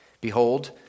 Behold